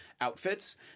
outfits